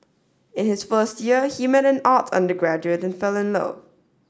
in his first year he met an arts undergraduate and fell in love